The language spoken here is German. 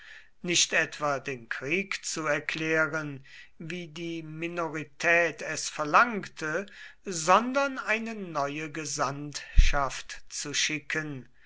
nicht etwa den krieg zu erklären wie die minorität es verlangte sondern eine neue gesandtschaft zu schicken